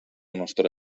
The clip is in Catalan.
nostra